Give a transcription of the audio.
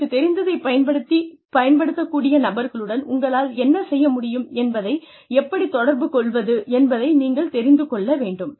உங்களுக்கு தெரிந்ததைப் பயன்படுத்தக் கூடிய நபர்களுடன் உங்களால் என்ன செய்ய முடியும் என்பதை எப்படி தொடர்புக் கொள்வது என்பதை நீங்கள் தெரிந்து கொள்ள வேண்டும்